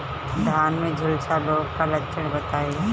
धान में झुलसा रोग क लक्षण बताई?